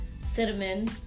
cinnamon